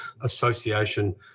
association